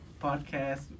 podcast